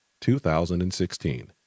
2016